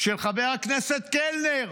של חבר הכנסת קלנר,